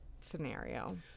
scenario